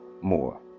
more